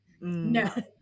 no